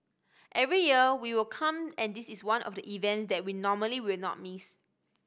every year we will come and this is one of the event that we normally will not miss